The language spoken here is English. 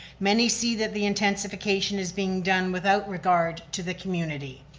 many see that the intensification is being done without regard to the community.